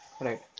Right